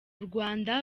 rwanda